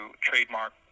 trademark